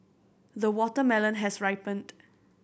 the watermelon has ripened